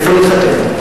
איפה נתחתן?